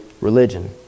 religion